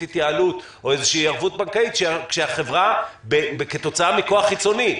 התייעלות או איזו ערבות בנקאית כאשר החברה כתוצאה מכוח חיצוני,